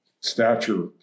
stature